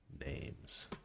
names